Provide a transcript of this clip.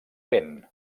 vent